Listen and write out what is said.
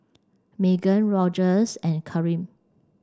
Maegan Rogers and Karim